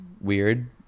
weird